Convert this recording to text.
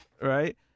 right